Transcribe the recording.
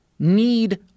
need